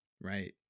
right